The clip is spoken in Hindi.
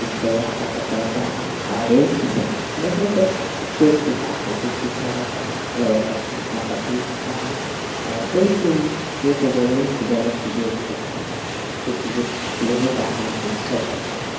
इससे यह पता चलता है और रील्स देखने से अच्छी अच्छी बातें भी सीखा जाता है लोगों को अपना अपना पसंद होता है और रील्स में ये कोई ज़रूरी नहीं कि गलत चीज़ें ही दिखाई जाती अच्छी अच्छी चीज़ें लोगों का अपना अपना सोच होता है